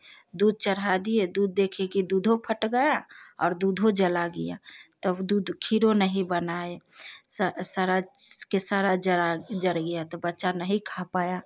दूध चढ़ा दिए दूध देखे कि दूधो फट गया और दूधो जल गया तब दूध खीरो नहीं बनाए सारा के सारा जल जल गया तो बच्चा नहीं खा पाया